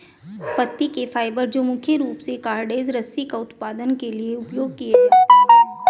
पत्ती के फाइबर जो मुख्य रूप से कॉर्डेज रस्सी का उत्पादन के लिए उपयोग किए जाते हैं